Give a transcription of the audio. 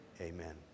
amen